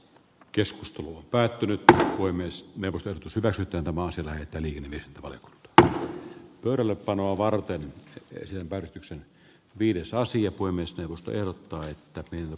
keskusteluun päätynyttä voi myös merkitä sitä sitten tavallisella että niihin ole että pöydällepanoa varten yhtiön päivystyksen viides asia kuin myös perustelut taitteet kyvyt